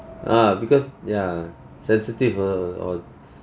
ah because ya sensitive err or